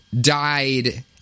died